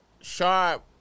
Sharp